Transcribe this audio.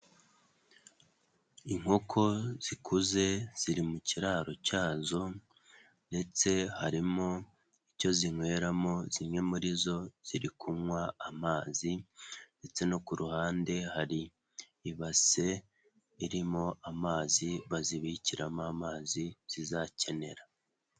Inkoko zikuze ziri mu kiraro cyazo ndetse harimo icyo zinyweramo, zimwe muri zo ziri kunywa amazi ndetse no ku ruhande hari ibase irimo amazi bazibikiramo amazi zizakenera.